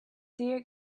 deer